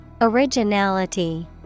Originality